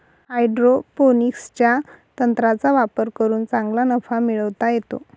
हायड्रोपोनिक्सच्या तंत्राचा वापर करून चांगला नफा मिळवता येतो